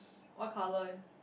what colour